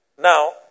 Now